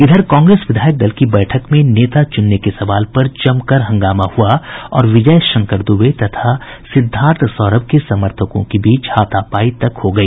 इधर कांग्रेस विधायक दल की बैठक में नेता चुनने के सवाल पर जमकर हंगामा हुआ और विजय शंकर दुबे तथा सिद्धार्थ सौरभ के समर्थकों के बीच हाथापाई तक हो गई